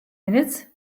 minutes